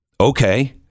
Okay